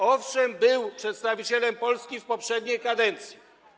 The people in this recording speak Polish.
Owszem był on przedstawicielem Polski, ale w poprzedniej kadencji.